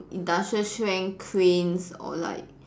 industrial strength cranes or like